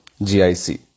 GIC